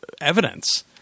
evidence